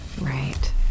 Right